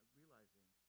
realizing